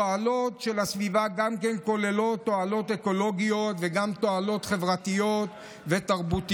התועלת של הסביבה כוללת גם תועלת אקולוגית וגם תועלת חברתית ותרבותית.